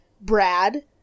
Brad